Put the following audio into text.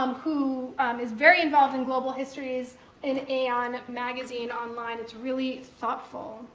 um who is very involved in global histories in aeon magazine online. it's really thoughtful.